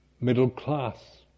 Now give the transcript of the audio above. Middle-class